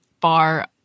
bar